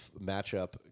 matchup